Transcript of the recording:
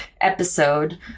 episode